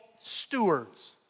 stewards